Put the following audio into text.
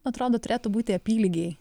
atrodo turėtų būti apylygiai